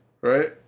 right